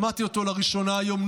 שמעתי אותו לראשונה היום,